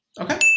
Okay